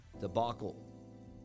debacle